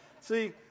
See